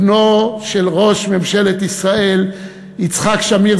בנו של ראש ממשלת ישראל יצחק שמיר,